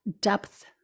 depth